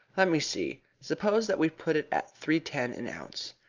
let me see. suppose that we put it at three ten an ounce,